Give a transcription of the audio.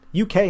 UK